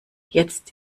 jetzt